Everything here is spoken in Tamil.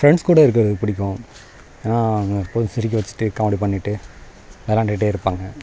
ஃபிரெண்ட்ஸ் கூட இருக்கிறது பிடிக்கும் ஏன்னால் எப்போதும் சிரிக்க வச்சுட்டு காமெடி பண்ணிகிட்டு விளையாண்டுட்டே இருப்பாங்க